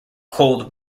cold